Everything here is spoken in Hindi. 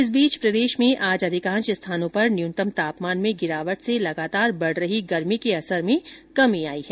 इस बीच प्रदेश में आज अधिकांश स्थानों पर न्यूनतम तापमान में गिरावट से लगातार बढ़ रही गर्मी के असर में कमी आई है